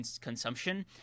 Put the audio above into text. consumption